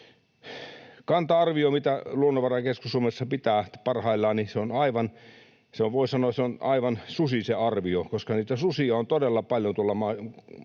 Kanta-arvio, mitä Luonnonvarakeskus Suomessa pitää parhaillaan, on aivan... Voi sanoa, että se on aivan susi, se arvio, koska niitä susia on todella paljon tuolla